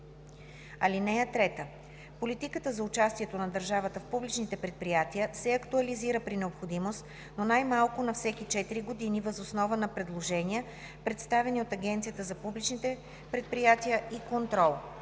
(3) Политиката за участието на държавата в публичните предприятия се актуализира при необходимост, но най-малко на всеки 4 години, въз основа на предложения, представени от Агенцията за публичните предприятия и контрол.